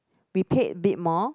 we paid a bit more